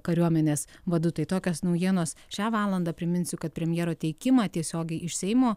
kariuomenės vadu tai tokios naujienos šią valandą priminsiu kad premjero teikimą tiesiogiai iš seimo